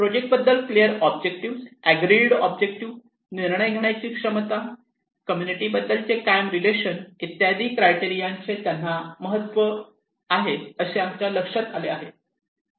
प्रोजेक्टबद्दल clear objective agree objective निर्णय घेण्याची क्षमता कम्युनिटी बद्दलचे कायम रिलेशन इत्यादी क्रायटेरियाचे त्यांना महत्त्व आहे असे आमच्या लक्षात आले आहे